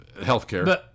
Healthcare